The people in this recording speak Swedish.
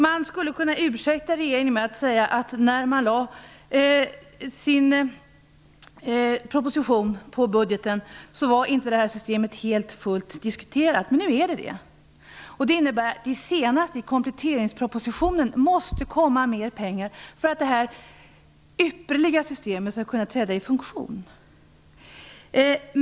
Man skulle kunna ursäkta regeringen med att systemet inte var diskuterat fullt ut när budgetpropositionen lades fram. Men nu är det gjort. Det innebär att regeringen senast i kompletteringspropositionen måste anslå mer pengar för att det här ypperliga systemet skall kunna träda i funktion.